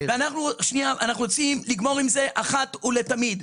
ואנחנו רוצים לגמור עם זה אחת ולתמיד.